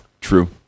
True